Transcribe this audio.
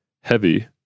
Heavy